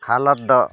ᱦᱟᱞᱚᱛ ᱫᱚ